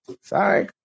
Sorry